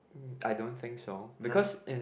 mm I don't think so because in